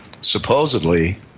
supposedly